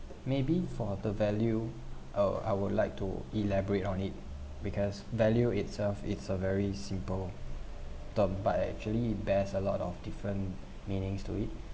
maybe for the value uh I would like to elaborate on it because value itself it's a very simple term but actually it bears a lot of different meanings to it